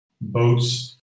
boats